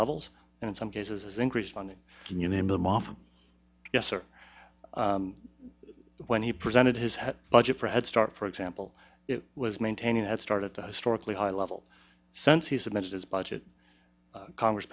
levels and in some cases increased funding you name them often yes or when he presented his hat budget for head start for example it was maintaining that started the historically high level since he submitted his budget congress